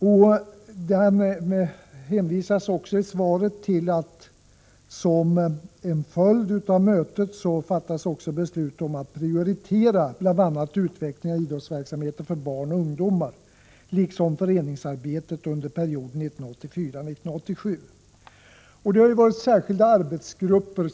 I svaret sägs vidare att det som en följd av mötet också fattades beslut om att prioritera bl.a. utvecklingen av idrottsverksamheten för barn och ungdomar liksom föreningsarbetet under perioden 1984-1987.